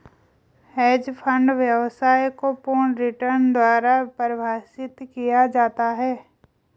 hedge fund व्यवसाय को पूर्ण रिटर्न द्वारा परिभाषित किया जाता है